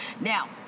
now